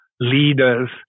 leaders